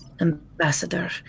Ambassador